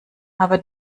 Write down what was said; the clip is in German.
aber